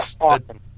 awesome